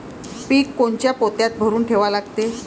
पीक कोनच्या पोत्यात भरून ठेवा लागते?